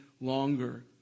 longer